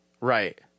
Right